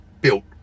built